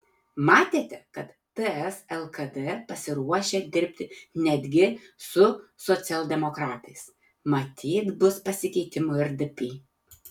matėte kad ts lkd pasiruošę dirbti netgi su socialdemokratais matyt bus pasikeitimų ir dp